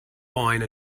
wine